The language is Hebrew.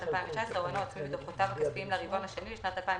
2019 או ההון העצמי בדוחותיו הכספיים לרבעון השני לשנת 2020,